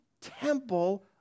temple